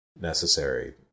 necessary